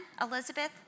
Elizabeth